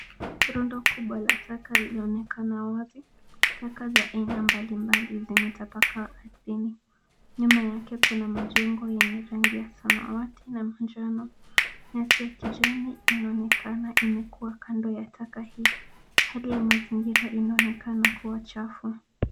Rundo kubwa la taka linaonekana wazi. Taka za aina mbalimbali zimetapakaa ardhini. Nyuma yake kuna majengo yenye rangi ya samawati na manjano. Nyasi ya kijani inaonekana imekuwa kando ya taka hii. Hali ya mazingira inaonekana kuwa chafu.